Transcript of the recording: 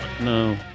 no